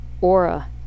aura